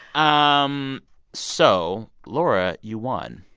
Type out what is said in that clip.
um so laura, you won.